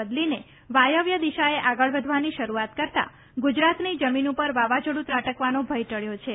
બદલીને વાયવ્ય દિશાએ આગળ વધવાની શરૂઆત કરતાં ગુજરાતની જમીન ઉપર વાવાઝોડું ત્રાટકવાનો ભય ટબ્યો છે